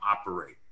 operate